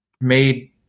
made